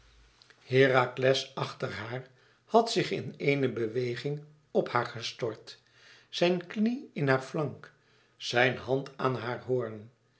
herakles achter haar had zich in éene beweging p haar gestort zijn knie in haar flank zijn hand aan haar hoorn